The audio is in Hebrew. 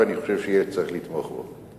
ואני חושב שיהיה צריך לתמוך בו.